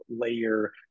layer